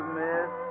miss